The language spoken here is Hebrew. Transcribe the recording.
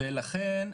ולכן,